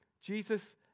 Jesus